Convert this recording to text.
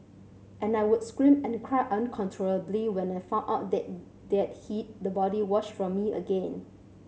and I would scream and cry uncontrollably when I found out that they are hid the body wash from me again